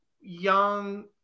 young –